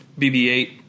BB-8